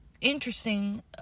interesting